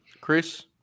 Chris